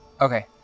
okay